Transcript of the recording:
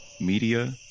Media